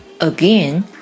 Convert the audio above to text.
again